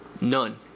None